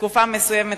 בתקופה מסוימת,